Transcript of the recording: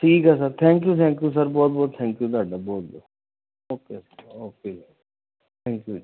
ਠੀਕ ਆ sir thank you thank you sir ਬਹੁਤ ਬਹੁਤ ਥੈਂਕ ਯੂ ਤੁਹਾਡਾ ਬਹੁਤ ਓਕੇ ਓਕੇ ਥੈਂਕ ਯੂ ਜੀ